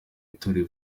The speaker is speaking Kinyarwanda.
itorero